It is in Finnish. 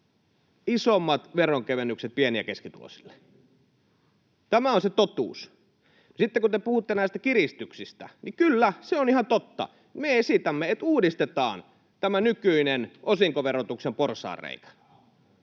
isommat veronkevennykset pieni- ja keskituloisille. [Timo Suhonen: Mitä ihmettä?] Tämä on se totuus. Sitten, kun te puhutte näistä kiristyksistä, kyllä, se on ihan totta: Me esitämme, että uudistetaan nykyinen osinkoverotuksen porsaanreikä.